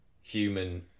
human